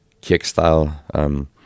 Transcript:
kick-style